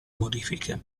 modifiche